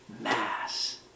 mass